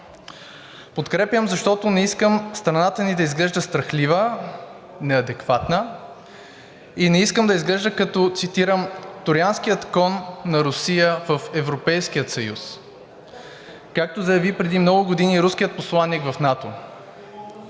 Подкрепям, защото не искам страната ни да изглежда страхлива, неадекватна и не искам да изглежда, като, цитирам: „троянския кон на Русия в Европейския съюз“, както заяви преди много години руският посланик в НАТО.